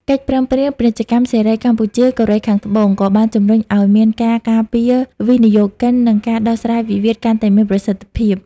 កិច្ចព្រមព្រៀងពាណិជ្ជកម្មសេរី កម្ពុជា-កូរ៉េខាងត្បូង ក៏បានជម្រុញឱ្យមានការការពារវិនិយោគិន និងការដោះស្រាយវិវាទកាន់តែមានប្រសិទ្ធភាព។